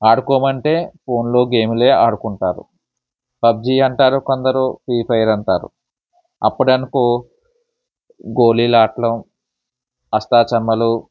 ఆడుకోమంటే ఫోన్లో గేమ్లే ఆడుకుంటారు పబ్జీ అంటారు కొందరు ఫ్రీ ఫైర్ అంటారు అప్పుడు అనుకో గోలీలు ఆడటం అష్టాచమ్మలు